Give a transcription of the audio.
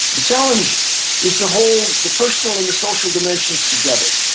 the challenge is to hold the personal and the social dimensions together,